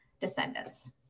descendants